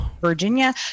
virginia